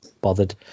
bothered